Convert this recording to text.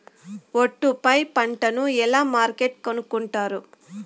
ఒట్టు పై పంటను ఎలా మార్కెట్ కొనుక్కొంటారు?